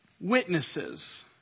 witnesses